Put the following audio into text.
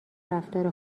رفتار